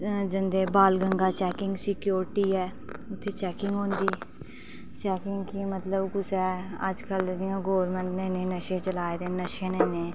जंदे बाल गंगा चैकिंग सिक्योरिटी ऐ उत्थै चैकिंग होंदी चैकिंग कि मतलब कुसै अज्ज कल्ल जि'यां गौरमैंट ने इन्ने नशे चलाए दे नशे न इन्ने